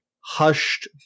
hushed